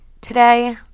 today